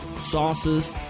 sauces